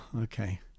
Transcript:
okay